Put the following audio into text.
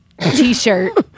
t-shirt